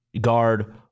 guard